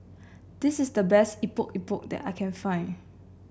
this is the best Epok Epok that I can find